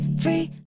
free